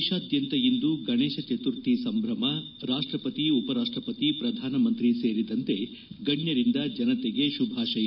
ದೇಶಾದ್ದಂತ ಇಂದು ಗಣೇಶ ಚತುರ್ಥಿ ಸಂಭ್ರಮ ರಾಷ್ಟಪತಿ ಉಪರಾಷ್ಟಪತಿ ಪ್ರಧಾನಮಂತ್ರಿ ಸೇರಿದಂತೆ ಗಣ್ಣರಿಂದ ಜನತೆಗೆ ಶುಭಾಶಯ